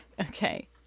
Okay